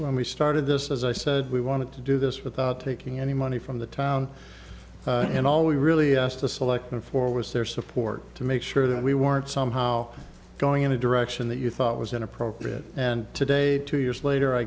when we started this as i said we wanted to do this without taking any money from the town and all we really asked the selectmen for was their support to make sure that we weren't somehow going in a direction that you thought was inappropriate and today two years later i